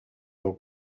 del